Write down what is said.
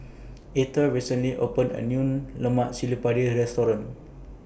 Etter recently opened A New Lemak Cili Padi Restaurant